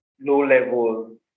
low-level